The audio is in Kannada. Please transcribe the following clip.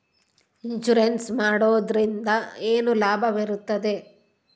ಇನ್ಸೂರೆನ್ಸ್ ಮಾಡೋದ್ರಿಂದ ಏನು ಲಾಭವಿರುತ್ತದೆ?